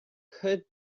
could